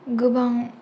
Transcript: गोबां